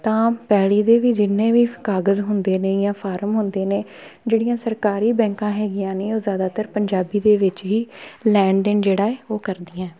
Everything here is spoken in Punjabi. ਤਾਂ ਪੈਲੀ ਦੇ ਵੀ ਜਿੰਨੇ ਵੀ ਕਾਗਜ਼ ਹੁੰਦੇ ਨੇ ਜਾਂ ਫਾਰਮ ਹੁੰਦੇ ਨੇ ਜਿਹੜੀਆਂ ਸਰਕਾਰੀ ਬੈਂਕਾਂ ਹੈਗੀਆਂ ਨੇ ਉਹ ਜ਼ਿਆਦਾਤਰ ਪੰਜਾਬੀ ਦੇ ਵਿੱਚ ਹੀ ਲੈਣ ਦੇਣ ਜਿਹੜਾ ਹੈ ਉਹ ਕਰਦੀਆਂ